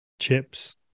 chips